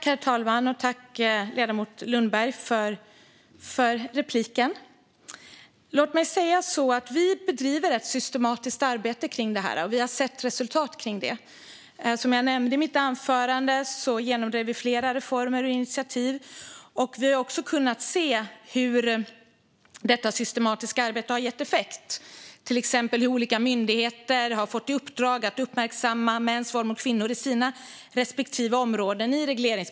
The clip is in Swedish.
Herr talman! Tack, ledamoten Lundberg, för repliken! Låt mig säga att vi bedriver ett systematiskt arbete kring detta, och vi har sett resultat av det. Som jag nämnde i mitt anförande genomdrev vi flera reformer och initiativ. Vi har också kunnat se hur detta systematiska arbete har gett effekt. Till exempel har olika myndigheter i regleringsbrev fått i uppdrag att uppmärksamma mäns våld mot kvinnor inom sina områden.